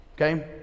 Okay